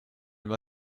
m’a